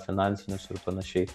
finansinius ir panašiai